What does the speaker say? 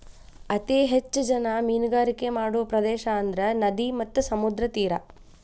ಅತೇ ಹೆಚ್ಚ ಜನಾ ಮೇನುಗಾರಿಕೆ ಮಾಡು ಪ್ರದೇಶಾ ಅಂದ್ರ ನದಿ ಮತ್ತ ಸಮುದ್ರದ ತೇರಾ